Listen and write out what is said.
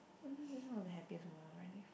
not the happiest moment of my life